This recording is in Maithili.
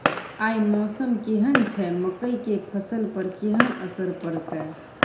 आय मौसम केहन छै मकई के फसल पर केहन असर परतै?